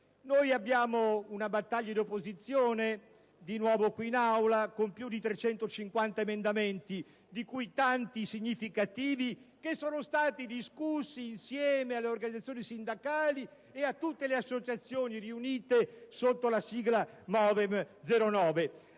conducendo una battaglia di opposizione qui in Aula, con più di 350 emendamenti, di cui tanti significativi, che sono stati discussi insieme alle organizzazioni sindacali e a tutte le associazioni riunite sotto la sigla "MovEm09".